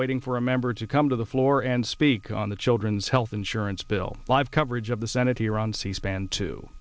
waiting for a member to come to the floor and speak on the children's health insurance bill live coverage of the senate here on c span to